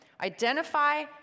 Identify